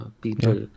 people